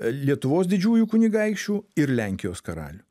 lietuvos didžiųjų kunigaikščių ir lenkijos karalių